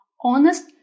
Honest